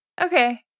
Okay